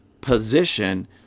position